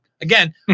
again